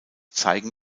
zeigen